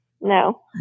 No